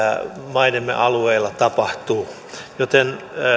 maidemme alueilla tapahtuu joten